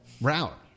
route